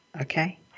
Okay